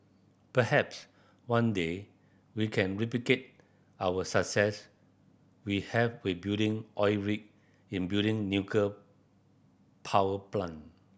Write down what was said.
perhaps one day we can replicate our success we have with building oil rig in building nuclear power plant